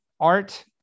Art